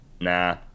nah